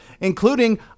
including